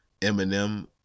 Eminem